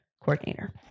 coordinator